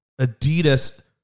Adidas